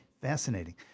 fascinating